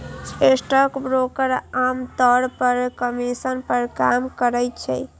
stockbroker आम तौर पर कमीशन पर काज करै छै